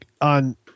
on